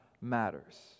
matters